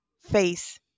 face